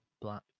black